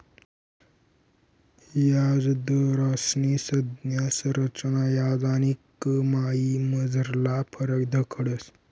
याजदरस्नी संज्ञा संरचना याज आणि कमाईमझारला फरक दखाडस